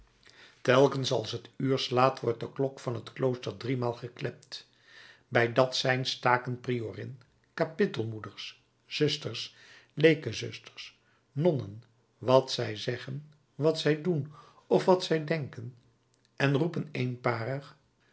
telkens als het uur slaat wordt de klok van het klooster driemaal geklept bij dat sein staken priorin kapittel moeders zusters leekezusters nonnen wat zij zeggen wat zij doen of wat zij denken en roepen